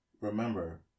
Remember